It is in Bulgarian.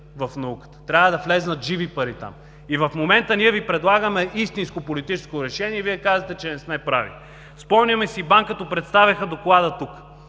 в науката. Трябва да влязат живи пари там. В момента ние Ви предлагаме истинско политическо решение и Вие казвате, че не сме прави. Спомняме си БАН като представяха доклада тука.